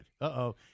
Uh-oh